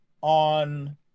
on